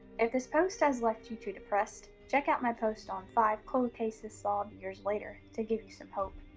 if this post has left you too depressed, check out my post on five cold cases solved years later to give you some hope.